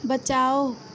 बचाओ